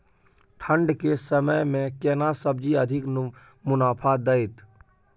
ठंढ के समय मे केना सब्जी अधिक मुनाफा दैत?